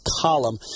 column